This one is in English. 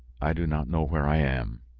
i do not know where i am!